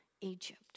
Egypt